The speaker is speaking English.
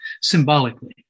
symbolically